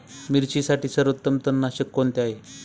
मिरचीसाठी सर्वोत्तम तणनाशक कोणते आहे?